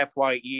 fye